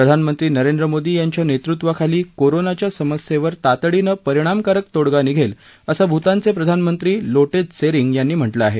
प्रधानमंत्री नरेंद्र मोदी यांच्या नेतृत्वाखाली कोरोनाच्या समस्येवर तातडीनं परिणामकारक तोडगा निघेल असं भूतानचे प्रधानमंत्री लो त्सेरिंग यांनी म्हाळी आहे